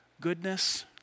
Goodness